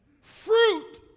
fruit